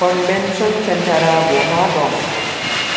convention चेन्टारा बहा दं